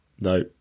No